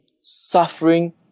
suffering